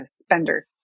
spender